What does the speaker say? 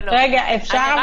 רגע, אפשר?